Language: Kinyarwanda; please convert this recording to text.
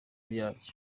yayo